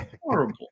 horrible